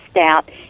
out